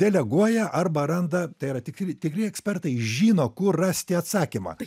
deleguoja arba randa tai yra tikri tikri ekspertai žino kur rasti atsakymą